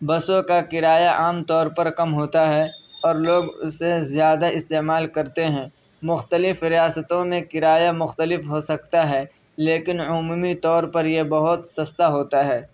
بسوں کا کرایہ عام طور پر کم ہوتا ہے اور لوگ اسے زیادہ استعمال کرتے ہیں مختلف ریاستوں میں کرایہ مختلف ہو سکتا ہے لیکن عمومی طور پر یہ بہت سستا ہوتا ہے